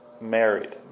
married